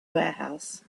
warehouse